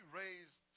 raised